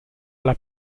alla